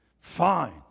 Fine